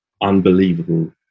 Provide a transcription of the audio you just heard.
unbelievable